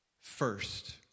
first